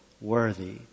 worthy